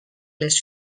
les